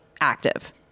active